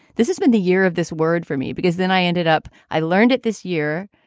this has been the year of this word for me, because then i ended up. i learned it this year.